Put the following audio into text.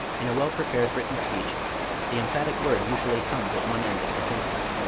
in a well-prepared written speech the emphatic word usually comes at one end of the sentence.